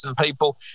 people